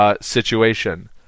situation